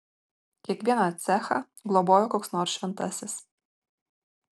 kiekvieną cechą globojo koks nors šventasis